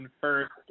first